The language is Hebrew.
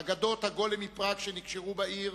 אגדות "הגולם מפראג" שנקשרו בעיר,